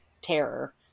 terror